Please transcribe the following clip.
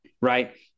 right